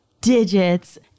digits